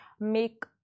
make